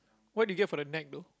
what did you get for the neck though